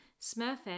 Smurfette